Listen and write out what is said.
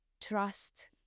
trust